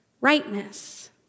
rightness